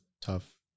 tough